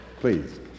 Please